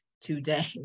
today